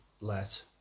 let